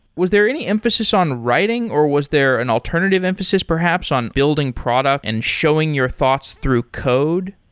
was there any emphasis on writing, or was there an alternative emphasis perhaps on building product and showing your thoughts through code?